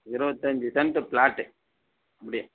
இருபத்தஞ்சி cent plot அப்படி